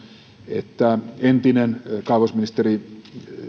että entinen kaivosministeri